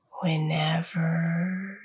whenever